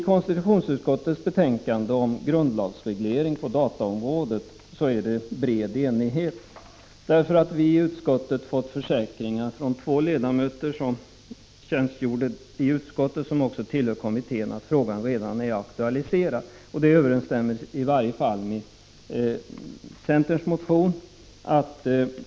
Om konstitutionsutskottets skrivning om en grundlagsreglering på dataområdet råder det bred enighet. Två ledamöter i utskottet, vilka också tillhör kommittén, har nämligen försäkrat att frågan redan är aktualiserad.